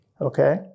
okay